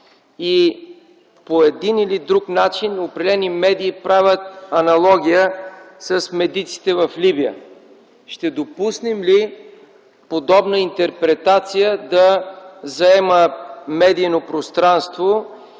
и по един или друг начин определени медии правят аналогия с медиците в Либия. Ще допуснем ли подобна интерпретация да заема медийно пространство